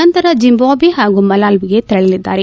ನಂತರ ಜಿಂಬಾಜ್ವೆ ಹಾಗೂ ಮಲಾವಿಗೆ ತೆರಳಲಿದ್ದಾರೆ